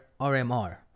RMR